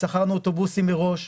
שכרנו אוטובוסים מראש,